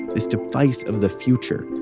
this device of the future,